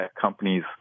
companies